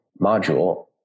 module